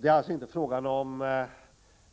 Det är alltså inte fråga om